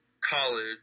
college